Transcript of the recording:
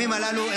הימים הללו,